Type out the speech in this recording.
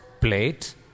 plate